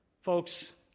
Folks